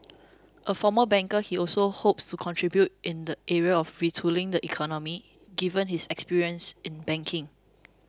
a former banker he also hopes to contribute in the area of retooling the economy given his experience in banking